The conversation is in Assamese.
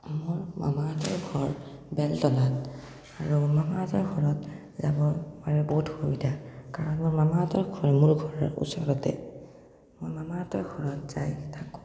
মোৰ মামাহঁতৰ ঘৰ বেলতলাত আৰু মামাহঁতৰ ঘৰত যাবৰ কাৰণে বহুত সুবিধা কাৰণ মামাহঁতৰ ঘৰ মোৰ ঘৰৰ ওচৰতে মই মামাহঁতৰ ঘৰত যাই থাকোঁ